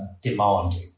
demanding